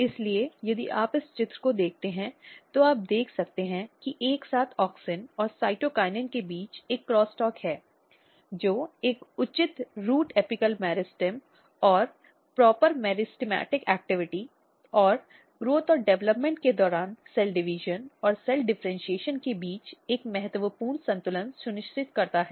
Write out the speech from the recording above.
इसलिए यदि आप इस चित्र को देखते हैं तो आप देख सकते हैं कि एक साथ ऑक्सिन और साइटोकिनिन के बीच एक क्रॉस टॉक है जो एक उचित रूट एपिकल मेरिस्टेम और उचित मेरिस्टेमेटिक गतिविधि और ग्रोथ और डेवलपमेंट के दौरान सेल डिवीजन और सेल विभेदीकरण के बीच एक महत्वपूर्ण संतुलन सुनिश्चित करता है